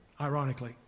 ironically